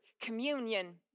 communion